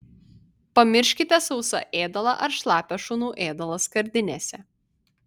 pamirškite sausą ėdalą ar šlapią šunų ėdalą skardinėse